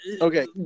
Okay